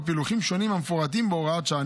בפילוחים שונים המפורטים בהוראת השעה.